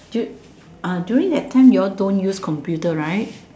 dude ah during that time you all don't use computer right